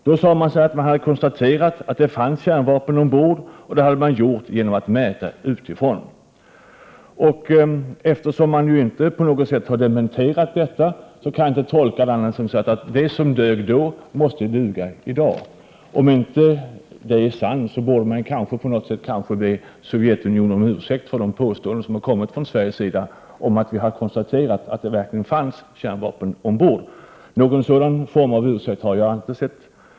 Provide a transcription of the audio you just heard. Då sade man sig ha konstaterat att det fanns kärnvapen ombord genom att mäta utifrån. Eftersom detta påstående inte har dementerats kan jag inte tolka det på annat sätt än att det som dög då måste duga i dag. Om det inte är sant borde vi kanske be Sovjetunionen om ursäkt för de påståenden som kom från Sveriges sida om att vi hade konstaterat att det fanns kärnvapen ombord. Någon sådan ursäkt har jag inte sett.